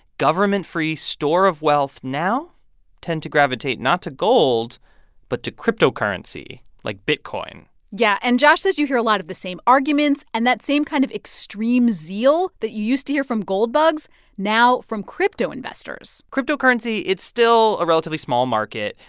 government-free store of wealth now tend to gravitate not to gold but to cryptocurrency, like bitcoin yeah, and josh says you hear a lot of the same arguments. and that same kind of extreme zeal that you used to hear from gold bugs now from crypto investors cryptocurrency it's still a relatively small market.